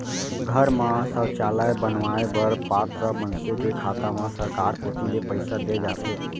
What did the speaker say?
घर म सौचालय बनवाए बर पात्र मनसे के खाता म सरकार कोती ले पइसा दे जाथे